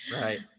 Right